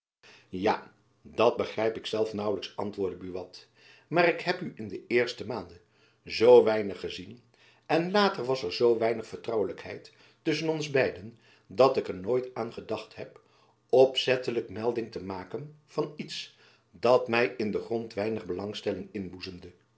ja dat begrijp ik zelf naauwlijks antwoordde buat maar ik heb u in de eerste maanden zoo weinig gezien en later was er zoo weinig vertrouwelijkheid tusschen ons beiden dat ik er nooit aan gedacht heb opzettelijk melding te maken van iets dat my in den grond weinig belangstelling